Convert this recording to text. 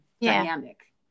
dynamic